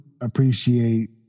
appreciate